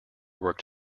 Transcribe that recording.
worked